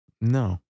No